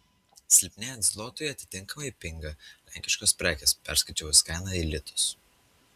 silpnėjant zlotui atitinkamai pinga lenkiškos prekės perskaičiavus kainą į litus